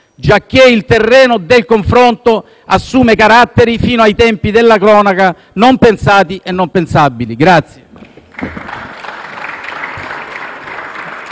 giacché il terreno del confronto assume caratteri fino ai tempi della cronaca non pensati e non pensabili.